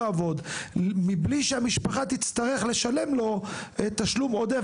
מבלי שהמשפחה תצטרך לשלם לו תשלום עודף,